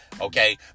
Okay